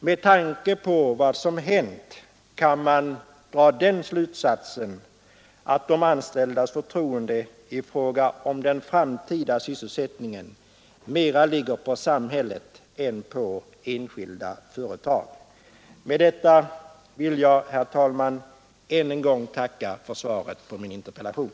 Med tanke på vad som hänt kan man emellertid dra den slutsatsen att de anställda i fråga om den framtida sysselsättningen hyser mera förtroende för samhället än för enskilda företag. Med detta vill jag, herr talman, än en gång tacka för svaret på min interpellation.